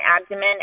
abdomen